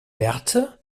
werte